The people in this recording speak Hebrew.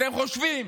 אתם חושבים